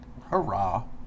hurrah